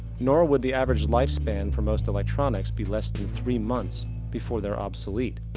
nor would the average lifespan for most electronics be less than three months before they're obsolete.